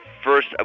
First